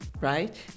right